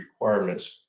requirements